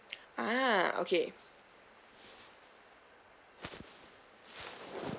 ah okay